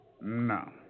No